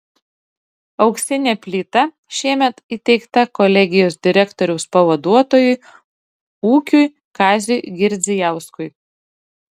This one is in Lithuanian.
auksinė plyta šiemet įteikta kolegijos direktoriaus pavaduotojui ūkiui kaziui girdzijauskui